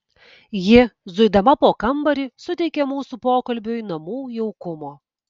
ji zuidama po kambarį suteikė mūsų pokalbiui namų jaukumo